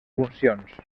funcions